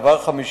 דבר חמישי,